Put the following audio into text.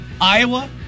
Iowa